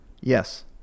Yes